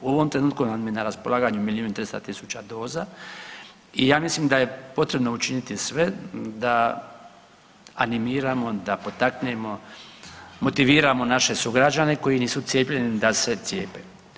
U ovom trenutku vam je na raspolaganju milijun i 300 tisuća doza i ja mislim da je potrebno učiniti sve da animiramo, da potaknemo, motiviramo naše sugrađane koji nisu cijepljeni da se cijepe.